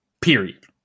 Period